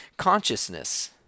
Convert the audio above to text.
consciousness